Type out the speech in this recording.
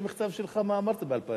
לי את המכתב שלך, מה אמרתי ב-2005.